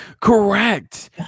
Correct